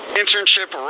internship